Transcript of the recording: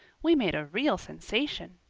we made a real sensation.